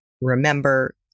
remember